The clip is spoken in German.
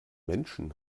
menschen